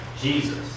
Jesus